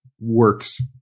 works